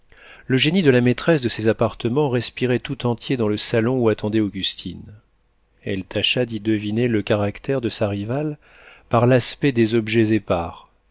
le génie de la maîtresse de ces appartements respirait tout entier dans le salon où attendait augustine elle tâcha d'y deviner le caractère de sa rivale par l'aspect des objets épars